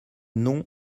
nom